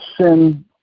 sin